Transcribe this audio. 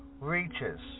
reaches